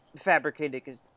fabricated